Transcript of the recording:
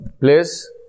place